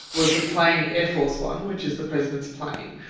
was the plane air force one, which is the president's plane,